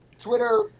Twitter